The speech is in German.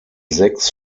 sechs